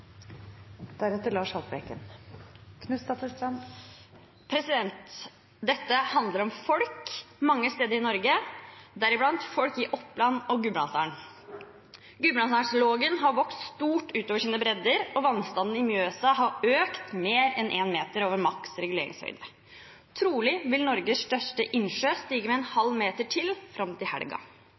Dette handler om folk mange steder i Norge, deriblant folk i Oppland og Gudbrandsdalen. Gudbrandsdalslågen har vokst langt utover sine bredder, og vannstanden i Mjøsa har økt med mer enn en meter over maks reguleringshøyde. Trolig vil Norges største innsjø stige med en halv meter til fram til